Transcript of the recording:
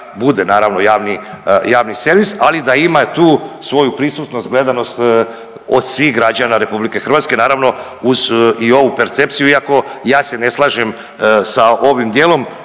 bude naravno javni, javni servis, ali da ima tu svoju prisutnost gledanost od svih građana RH, naravno uz i ovu percepciju iako ja se ne slažem sa ovim dijelom